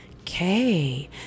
Okay